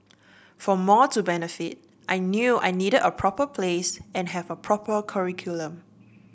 for more to benefit I knew I needed a proper place and have a proper curriculum